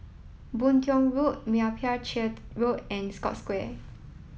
Boon Tiong Road Meyappa Chettiar Road and Scotts Square